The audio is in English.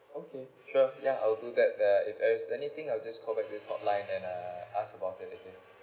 okay sure yeah I'll do that uh if there's anything I'll just call this hotline and uh ask about